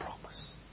promise